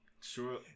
sure